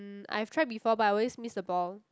I've tried before but I always miss the ball